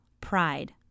pride